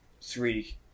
three